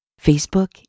Facebook